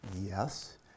yes